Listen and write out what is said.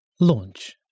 Launch